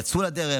יצאו לדרך,